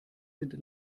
sind